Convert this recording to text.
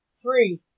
Three